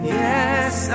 yes